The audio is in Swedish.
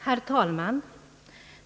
Herr talman!